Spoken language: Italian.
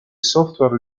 software